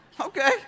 Okay